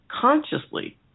consciously